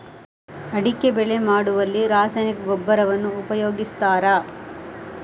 ಅಡಿಕೆ ಬೆಳೆ ಮಾಡುವಲ್ಲಿ ರಾಸಾಯನಿಕ ಗೊಬ್ಬರವನ್ನು ಉಪಯೋಗಿಸ್ತಾರ?